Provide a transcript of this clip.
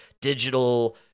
digital